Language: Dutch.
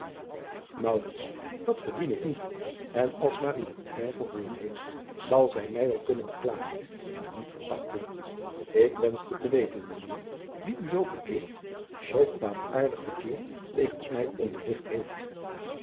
at verdien ik niet en als mij gehoord heeft zal zij mij wel kunnen beklagen maar niet verachten k wenschte te weten mijn eer wie u zoo verkeerd zoo kwaadaardig verkeerd wegens mij onderrigt heeft